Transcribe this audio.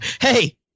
hey